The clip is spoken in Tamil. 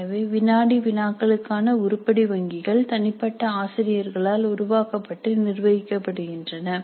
எனவே வினாடி வினாக்களுக்கான உருப்படி வங்கிகள் தனிப்பட்ட ஆசிரியர்களால் உருவாக்கப்பட்டு நிர்வகிக்கப்படுகின்றன